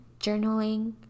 journaling